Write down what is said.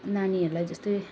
नानीहरूलाई जस्तै